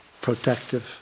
protective